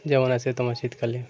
যেমন আছে তোমার শীতকালে